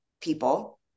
people